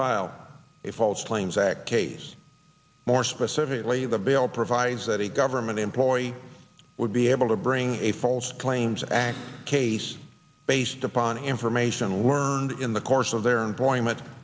file a false claims act case more specifically the bill provides that a government employee would be able to bring a false claims act case based upon information learned in the course of their employment